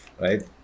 right